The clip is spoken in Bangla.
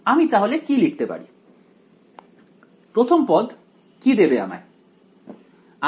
আমি তাহলে কি লিখতে পারি প্রথম পদ কি দেবে আমায়